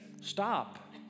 Stop